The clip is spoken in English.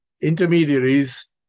intermediaries